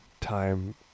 time